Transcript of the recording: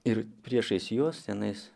ir priešais juos tenais